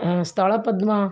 ସ୍ଥଳ ପଦ୍ମା